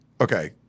okay –